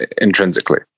intrinsically